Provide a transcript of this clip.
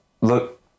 look